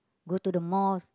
go to the mosque